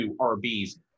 RBs